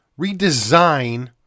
redesign